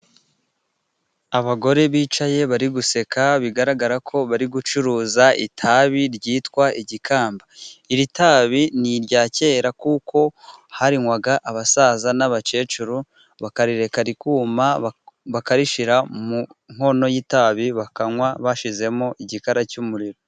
Abagore bicaye bari guseka bigaragara ko bari gucuruza itabi ryitwa igikamba. Iri tabi ni irya kera kuko harinywaga abasaza n'abakecuru bakarireka rikuma, bakarishyira mu nkono y'itabi, bakanywa bashyizemo igikara cy'umuriro.